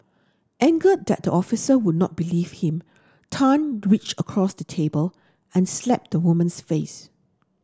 angered that the officer would not believe him Tan reached across the table and slapped the woman's face